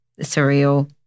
surreal